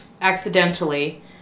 Accidentally